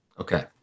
Okay